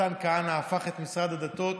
מתן כהנא הפך את משרד הדתות